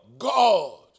God